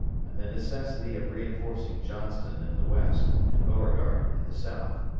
and the necessity of reinforcing johnston in the west and beauregard in the south.